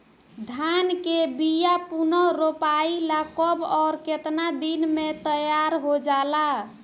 धान के बिया पुनः रोपाई ला कब और केतना दिन में तैयार होजाला?